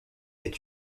est